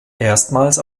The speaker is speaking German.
erstmals